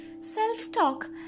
Self-talk